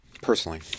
Personally